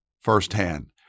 firsthand